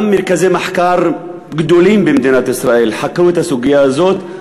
גם מרכזי מחקר גדולים במדינת ישראל חקרו את הסוגיה הזאת.